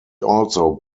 also